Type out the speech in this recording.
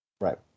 right